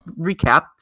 recap